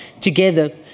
together